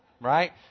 Right